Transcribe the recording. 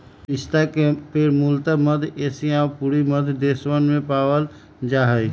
पिस्ता के पेड़ मूलतः मध्य एशिया और पूर्वी मध्य देशवन में पावल जा हई